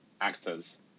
actors